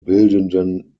bildenden